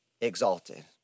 exalted